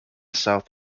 south